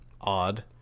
odd